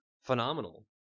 phenomenal